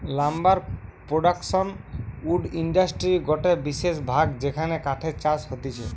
lumber production wood ইন্ডাস্ট্রির গটে বিশেষ ভাগ যেখানে কাঠের চাষ হতিছে